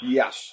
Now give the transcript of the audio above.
Yes